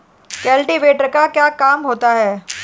Cultivator का क्या काम होता है?